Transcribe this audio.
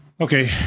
Okay